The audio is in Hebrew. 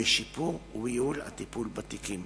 בשיפור ובייעול הטיפול בתיקים.